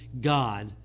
God